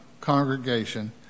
congregation